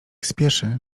spieszy